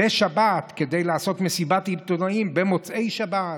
בשבת כדי לעשות מסיבת עיתונאים במוצאי שבת.